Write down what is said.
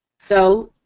so,